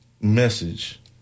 message